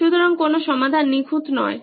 সুতরাং কোনো সমাধান নিখুঁত নয়